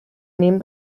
named